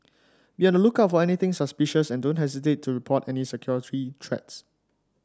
be on the lookout for anything suspicious and don't hesitate to report any security threats